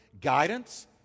Guidance